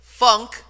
Funk